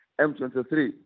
M23